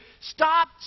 Stop